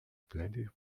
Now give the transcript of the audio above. blended